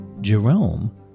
Jerome